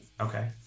Okay